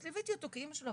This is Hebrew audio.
אז ליוויתי אותו כאמא שלו,